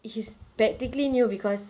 he's practically new because